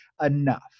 enough